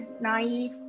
naive